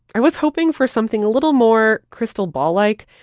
i was hoping for something a little more crystal ball-like.